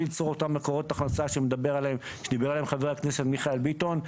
עליהם דיבר חבר הכנסת מיכאל ביטון,